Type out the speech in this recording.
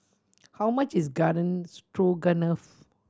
how much is Garden Stroganoff